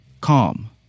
Calm